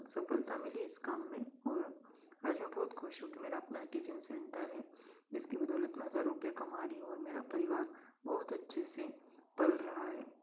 सफ़लता मिली इस काम में और आज मैं बहुत खुश हूँ कि मेरा अपना टिफ़िन सेंटर है जिसकी बदौलत मैं हज़ार रुपया कमा रही हूँ और मेरा परिवार बहुत अच्छे से पल रहा है